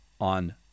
on